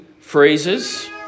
phrases